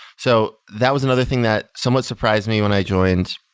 so that was another thing that somewhat surprised me when i joined.